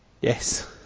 Yes